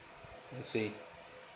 I see